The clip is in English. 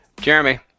Jeremy